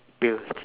pills